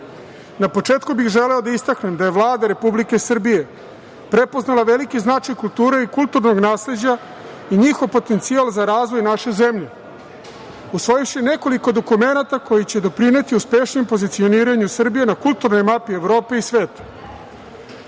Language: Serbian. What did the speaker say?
početku bih želeo da istaknem da je Vlada Republike Srbije prepoznala veliki značaj kulture i kulturnog nasleđa i njihov potencijal za razvoj naše zemlje, usvojivši nekoliko dokumenata koji će doprineti uspešnijem pozicioniranju Srbije na kulturnoj mapi Evrope i